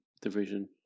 division